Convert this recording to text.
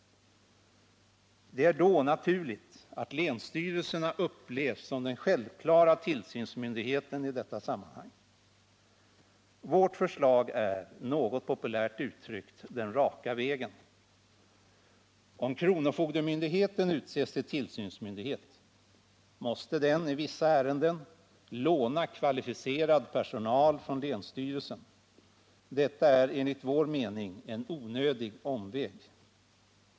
Det är då naturligt att länsstyrelserna upplevs som den självklara tillsynsmyndigheten i detta sammanhang. Vårt förslag är, något populärt uttryckt, den raka vägen. Om kronofogdemyndigheten utses till tillsynsmyndighet, måste den i vissa ärenden låna kvalificerad personal från länsstyrelsen. Detta är enligt vår mening en onödig omväg.